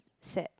set